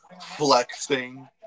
flexing